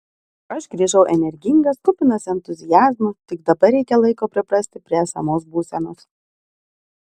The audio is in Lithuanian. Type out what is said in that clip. aš grįžau energingas kupinas entuziazmo tik dabar reikia laiko priprasti prie esamos būsenos